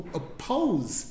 oppose